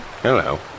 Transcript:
Hello